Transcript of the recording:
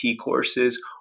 courses